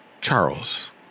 Charles